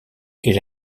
est